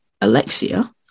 Alexia